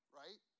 right